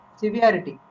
severity